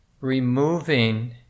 removing